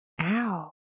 Ow